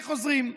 איך עוזרים.